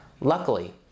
Luckily